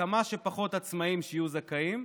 לכמה שפחות עצמאים שיהיו זכאים,